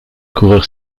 coureur